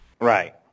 Right